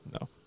No